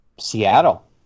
Seattle